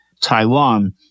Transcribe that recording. Taiwan